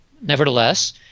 Nevertheless